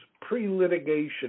Pre-Litigation